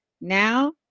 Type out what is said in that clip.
Now